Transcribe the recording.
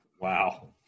Wow